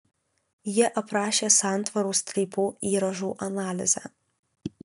ji aprašė santvarų strypų įrąžų analizę